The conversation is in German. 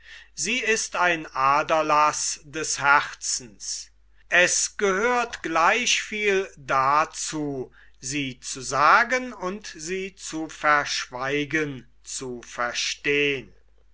sie ist ein aderlaß des herzens es gehört gleich viel dazu sie zu sagen und sie zu verschweigen zu verstehn